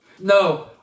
No